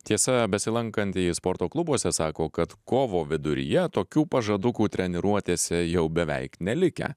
tiesa besilankantys sporto klubuose sako kad kovo viduryje tokių pažadukų treniruotėse jau beveik nelikę